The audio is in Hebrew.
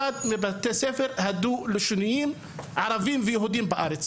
מבתי הספר הדו-לשוניים ערבים ויהודים בארץ.